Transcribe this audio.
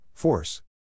Force